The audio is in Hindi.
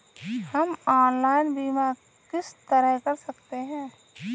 हम ऑनलाइन बीमा किस तरह कर सकते हैं?